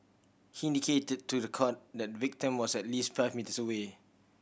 he indicated to the court that the victim was at least five metres away